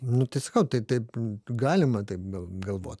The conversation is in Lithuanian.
nu tai sakau tai taip galima taip gal galvot